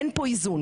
אין פה איזון,